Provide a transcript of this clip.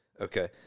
Okay